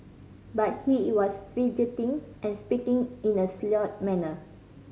but he was fidgeting and speaking in a slurred manner